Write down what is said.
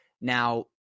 Now